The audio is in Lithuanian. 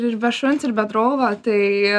ir be šuns ir be draugo tai